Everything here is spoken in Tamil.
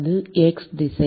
அது x திசை